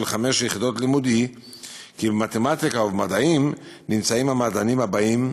חמש יחידות לימוד היא שבמתמטיקה ובמדעים נמצאים המדענים הבאים,